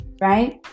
right